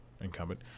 Incumbent